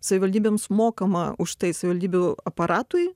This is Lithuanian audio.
savivaldybėms mokama už tai savivaldybių aparatui